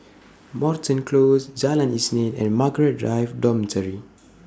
Moreton Close Jalan Isnin and Margaret Drive Dormitory